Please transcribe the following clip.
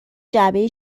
جعبه